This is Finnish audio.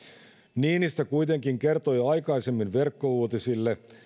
niinistö kuitenkin kertoi aikaisemmin verkkouutisille